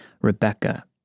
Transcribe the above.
Rebecca